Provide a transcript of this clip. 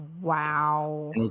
Wow